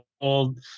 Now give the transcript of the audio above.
old